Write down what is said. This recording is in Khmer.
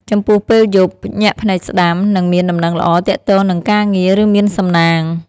ចំពោះ ពេលយប់ ញាក់ភ្នែកស្តាំ នឹងមានដំណឹងល្អទាក់ទងនឹងការងារ ឬមានសំណាង។